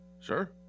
Sure